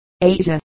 Asia